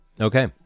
Okay